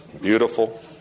beautiful